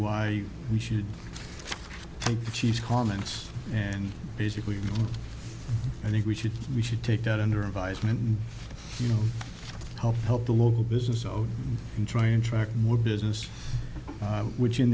why we should make the chief's comments and basically i think we should we should take that under advisement you know help help the local business of trying track more business which in